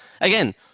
Again